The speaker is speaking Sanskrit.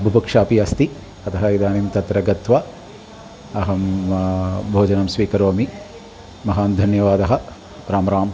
भुभुक्षा अपि अस्ति अतः इदानीं तत्र गत्वा अहं भोजनं स्वीकरोमि महान् धन्यवादः रामराम